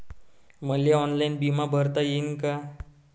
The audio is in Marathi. मले ऑनलाईन बिमा भरता येईन का?